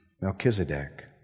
Melchizedek